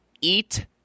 Eat